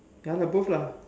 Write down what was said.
ya lah both lah